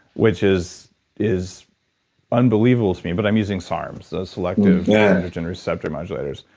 which is is unbelievable to me, but i'm using sarms, selective yeah androgen receptor modulators.